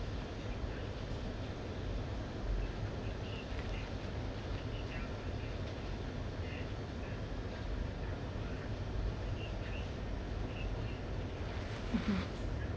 mmhmm